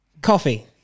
Coffee